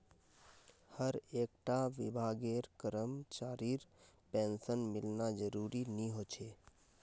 हर एक टा विभागेर करमचरीर पेंशन मिलना ज़रूरी नि होछे